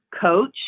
coach